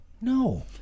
No